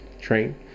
train